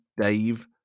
Dave